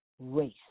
race